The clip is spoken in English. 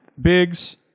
Biggs